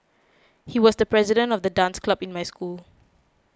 he was the president of the dance club in my school